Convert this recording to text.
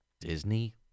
Disney